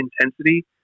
intensity